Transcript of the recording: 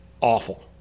awful